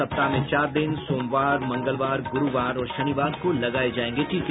सप्ताह में चार दिन सोमवार मंगलवार गुरूवार और शनिवार को लगाये जायेंगे टीके